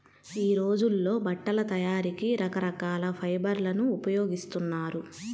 యీ రోజుల్లో బట్టల తయారీకి రకరకాల ఫైబర్లను ఉపయోగిస్తున్నారు